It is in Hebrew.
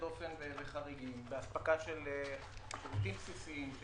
דופן וחריגים באספקה של שירותים בסיסיים,